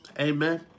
Amen